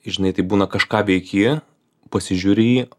žinai tai būna kažką veiki pasižiūri į jį